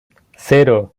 cero